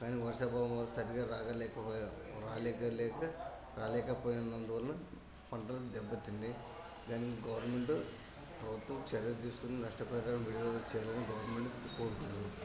కానీ వర్షా ప్రభావం సరిగ్గా రాలేక లేక రాలేకపోయినందు వల్ల పంటలు దెబ్బతిని దాన్ని గవర్నమెంట్ ప్రభుత్వం చర్య తీసుకొని నష్టపరిహారం ఏదో ఒకటి చేయాలని గవర్నమెంట్ను కోరుకుంటాను